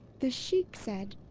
the sheik said.